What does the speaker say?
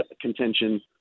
contention